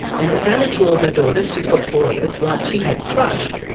and it sounded, to all her daughters, she's got four of us, like she had thrush,